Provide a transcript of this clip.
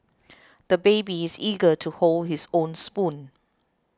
the baby is eager to hold his own spoon